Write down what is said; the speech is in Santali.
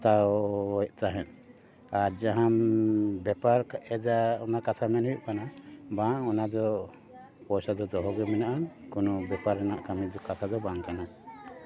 ᱦᱟᱛᱟᱣᱮᱫ ᱛᱟᱦᱮᱸᱫ ᱟᱨ ᱡᱟᱦᱟᱢ ᱵᱮᱯᱟᱨ ᱮᱫᱟ ᱚᱱᱟ ᱠᱟᱛᱷᱟ ᱢᱮᱱ ᱦᱩᱭᱩᱜ ᱠᱟᱱᱟ ᱵᱟᱝ ᱚᱱᱟ ᱫᱚ ᱯᱚᱭᱥᱟ ᱫᱚ ᱫᱚᱦᱚ ᱜᱮ ᱢᱮᱱᱟᱜ ᱟᱱ ᱠᱳᱱᱳ ᱵᱮᱯᱟᱨ ᱨᱮᱱᱟᱜ ᱠᱟᱹᱢᱤ ᱠᱟᱛᱷᱟ ᱫᱚ ᱵᱟᱝ ᱠᱟᱱᱟ